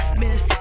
miss